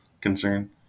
concern